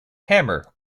hammer